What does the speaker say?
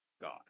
God